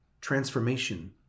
Transformation